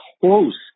close